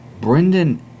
Brendan